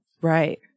Right